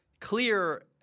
clear